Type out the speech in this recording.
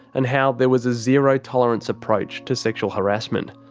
and how there was a zero tolerance approach to sexual harassment.